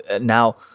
Now